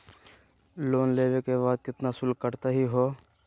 Loan लेवे के बाद केतना शुल्क कटतही हो?